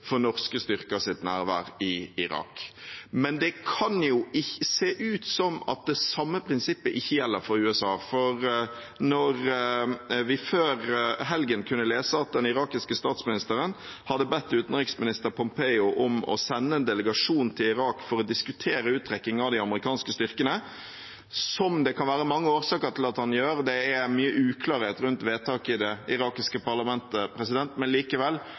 for norske styrkers nærvær i Irak. Men det kan jo se ut som at det samme prinsippet ikke gjelder for USA. Før helgen kunne vi lese at den irakiske statsministeren hadde bedt utenriksminister Pompeo om å sende en delegasjon til Irak for å diskutere uttrekking av de amerikanske styrkene, som det kan være mange årsaker til at han gjør, det er mye uklarhet rundt vedtaket i det irakiske parlamentet. Men likevel: